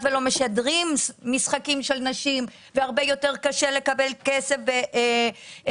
ולא משדרים משחקים של נשים והרבה יותר קשה לקבל כסף לקבוצות,